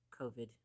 COVID